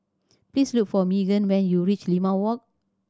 please look for Maegan when you reach Limau Walk